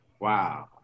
Wow